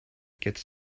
gets